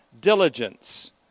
diligence